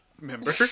member